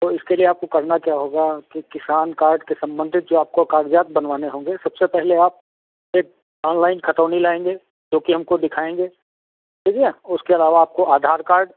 तो इसके लिए आपको करना क्या होगा कि किसान कार्ड से संबंधित जो आपको कागजात बनवाने होंगे सबसे पहले आप एक ऑनलाइन खतौनी लाएंगे जो कि हमको दिखाएंगे ठीक है उसके अलावा आपको आधार कार्ड